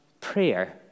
prayer